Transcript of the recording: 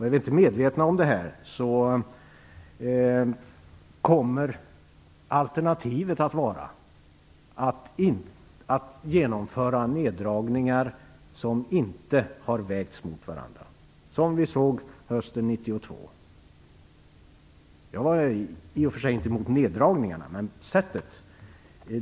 Är vi inte medvetna om detta kommer alternativet att vara att genomföra neddragningar som inte har vägts mot varandra - som vi såg hösten 1992. Jag var i och för sig inte emot neddragningarna, utan det gällde sättet.